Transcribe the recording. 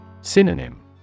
Synonym